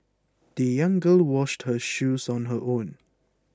the young girl washed her shoes on her own